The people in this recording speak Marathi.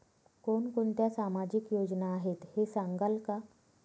कोणकोणत्या सामाजिक योजना आहेत हे सांगाल का?